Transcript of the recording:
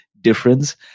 difference